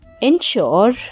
ensure